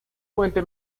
puente